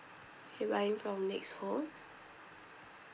you buying from next home